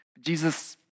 Jesus